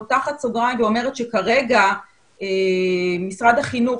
אני פותחת סוגריים ואומרת שכרגע משרד החינוך,